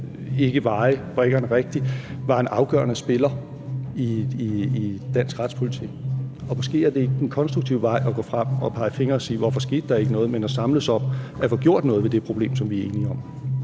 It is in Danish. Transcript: vurdere brikkerne forkert – i dansk retspolitik? Og måske er det ikke den konstruktive vej at gå frem og pege fingre og sige: Hvorfor skete der ikke noget? Men måske handler det om at samles om at få gjort noget ved det problem, som vi er enige om.